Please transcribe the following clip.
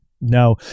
No